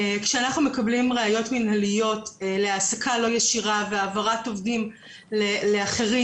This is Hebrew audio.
כשאנחנו מקבלים ראיות מנהליות להעסקה לא ישירה והעברת עובדים לאחרים